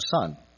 son